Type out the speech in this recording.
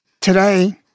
Today